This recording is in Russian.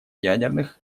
ядерных